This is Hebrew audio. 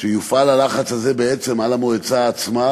שיופעל הלחץ הזה בעצם על המועצה עצמה,